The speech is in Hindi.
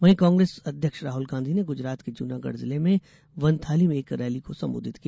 वहीं कांग्रेस अध्यक्ष राहल गांधी ने गुजरात के जूनागढ़ जिले में वन्थाली में एक रैली को संबोधित किया